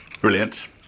Brilliant